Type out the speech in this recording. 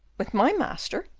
with my master?